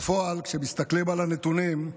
בפועל, כשמסתכלים על הנתונים,